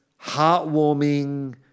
heartwarming